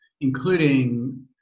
including